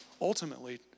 Ultimately